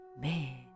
Man